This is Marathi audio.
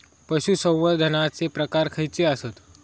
पशुसंवर्धनाचे प्रकार खयचे आसत?